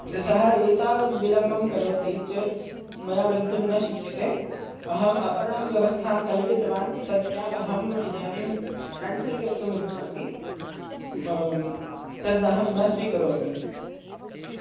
सः एतावत् विलम्बं करोति चेत् मया गन्तुं न शक्यते अहम् अपरां व्यवस्थां कल्पितवान् तत् केब् अहम् इदानीं केन्सल् कर्तुम् इच्छामि तद् अहं न स्वीकरोमि